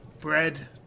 bread